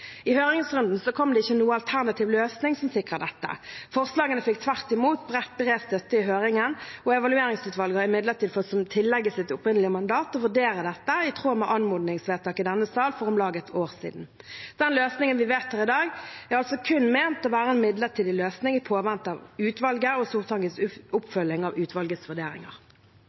I høringsrunden kom det ikke noen alternativ løsning som sikrer dette, forslagene fikk tvert imot bred støtte i høringen. Evalueringsutvalget har imidlertid fått som tillegg til sitt opprinnelige mandat å vurdere dette, i tråd med anmodningsvedtak i denne sal for om lag et år siden. Den løsningen vi vedtar i dag, er altså kun ment å være en midlertidig løsning i påvente av utvalget og Stortingets oppfølging av utvalgets vurderinger.